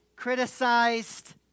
criticized